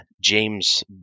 James